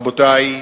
רבותי,